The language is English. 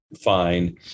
fine